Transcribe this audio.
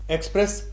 Express